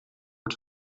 het